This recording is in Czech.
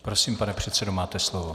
Prosím, pane předsedo, máte slovo.